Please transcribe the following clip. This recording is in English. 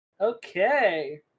Okay